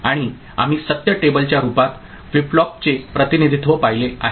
आणि आम्ही सत्य टेबलच्या रूपात फ्लिप फ्लॉपचे प्रतिनिधित्व पाहिले आहे